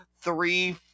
three